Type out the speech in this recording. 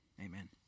amen